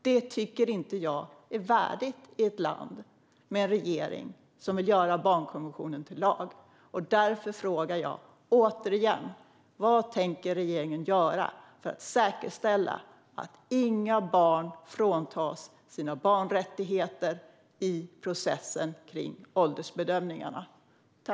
Det tycker inte jag är värdigt i ett land med en regering som vill göra barnkonventionen till lag. Därför frågar jag återigen: Vad tänker regeringen göra för att säkerställa att inga barn fråntas sina barnrättigheter i processen kring åldersbedömningarna?